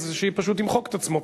אז פשוט ימחק את עצמו,